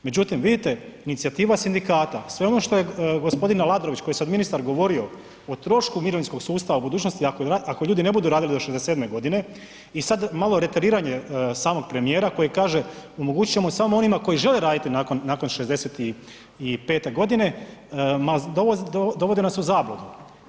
Međutim, vidite inicijativa sindikata, sve ono što je g. Aladrović, koji je sad ministar, govorio o trošku mirovinskog sustava, o budućnosti, ako ljudi ne budu radili do 67.g. i sad malo retariranje samog premijera koji kaže omogućit ćemo samo onima koji žele raditi nakon 65.g., ma dovodi nas u zabludu.